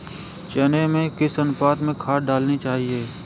चने में किस अनुपात में खाद डालनी चाहिए?